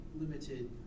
limited